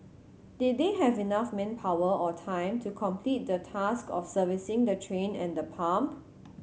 did they have enough manpower or time to complete the task of servicing the train and the pump